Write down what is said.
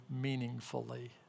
meaningfully